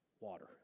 water